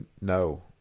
No